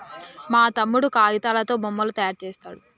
మా తమ్ముడు కాగితాలతో బొమ్మలు తయారు చేస్తాడు